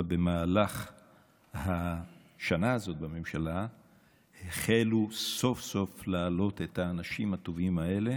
אבל במהלך השנה הזאת בממשלה החלו סוף-סוף להעלות את האנשים הטובים האלה